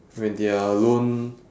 when they are alone